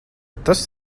tas